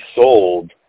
sold